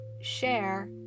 share